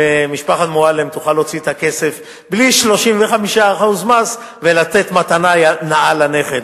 ומשפחת מועלם תוכל להוציא את הכסף בלי 35% מס ולתת מתנה נאה לנכד.